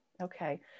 Okay